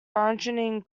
burgeoning